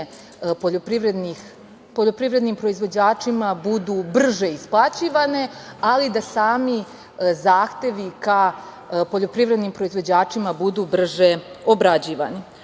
poljoprivrednim proizvođačima budu brže isplaćivane, ali da sami zahtevi ka poljoprivrednim proizvođačima budu brže obrađivani. Ovim